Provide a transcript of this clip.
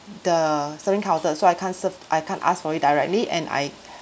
the serving counter so I can't serve I can't ask for it directly and I